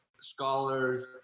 scholars